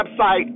website